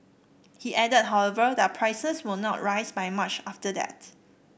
he added however that prices will not rise by much after that